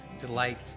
Delight